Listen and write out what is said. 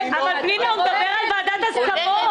פנינה, הוא מדבר על ועדת הסכמות.